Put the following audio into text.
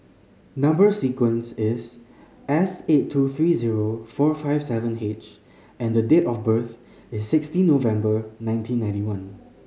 number sequence is S eight two three zero four five seven H and the date of birth is sixteen November nineteen ninety one